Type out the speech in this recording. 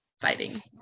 fighting